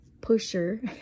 pusher